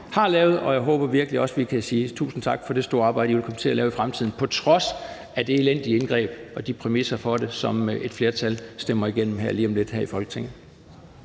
har lavet, og jeg håber virkelig også, vi kan sige tusind tak for det store arbejde, I vil komme til at lave i fremtiden – på trods af det elendige indgreb og de præmisser for det, som et flertal stemmer igennem her i Folketinget